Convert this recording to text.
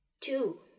two